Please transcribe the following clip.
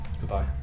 Goodbye